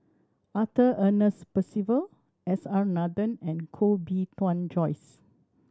Arthur Ernest Percival S R Nathan and Koh Bee Tuan Joyce